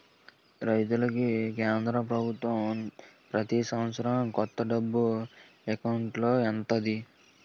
రైతులకి కేంద్ర పభుత్వం ప్రతి సంవత్సరం కొంత డబ్బు ఎకౌంటులో ఎత్తంది